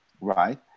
right